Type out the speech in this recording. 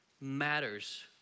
matters